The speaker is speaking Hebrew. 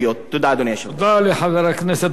תודה לחבר הכנסת מסעוד גנאים.